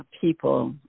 people